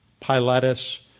Pilatus